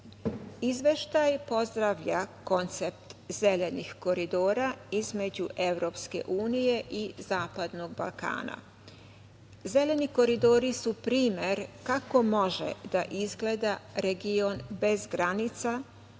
godine. Izveštaj pozdravlja koncept „Zelenih koridora“ između EU i zapadnog Balkana. „Zeleni koridori“ su primer kako može da izgleda region bez granica,